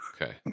Okay